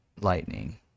lightning